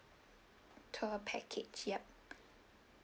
tour package yup